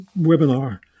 webinar